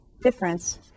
difference